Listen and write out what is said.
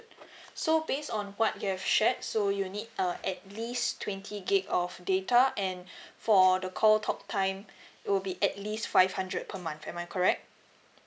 so based on what you have shared so you need uh at least twenty gig of data and for the call talk time it will be at least five hundred per month am I correct